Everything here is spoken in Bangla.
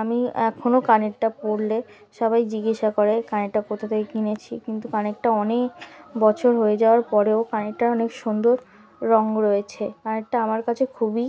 আমি এখনও কানেরটা পরলে সবাই জিজ্ঞাসা করে কানেরটা কোথা থেকে কিনেছি কিন্তু কানেরটা অনেক বছর হয়ে যাওয়ার পরেও কানেরটা অনেক সুন্দর রঙ রয়েছে কানেরটা আমার কাছে খুবই